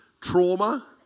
trauma